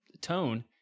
tone